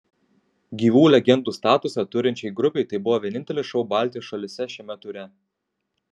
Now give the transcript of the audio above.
gyvų legendų statusą turinčiai grupei tai buvo vienintelis šou baltijos šalyse šiame ture